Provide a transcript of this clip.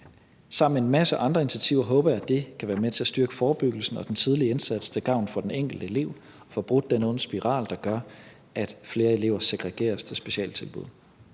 Sammen med en masse andre initiativer håber jeg at det kan være med til at styrke forebyggelsen og den tidlige indsats til gavn for den enkelte elev og få brudt den onde spiral, der gør, at flere elever segregeres til specialtilbud.